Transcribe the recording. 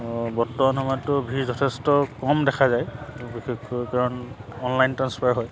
বৰ্তমান সময়ততো ভিৰ যথেষ্ট কম দেখা যায় বিশেষকৈ কাৰণ অনলাইন ট্ৰাঞ্চফাৰ হয়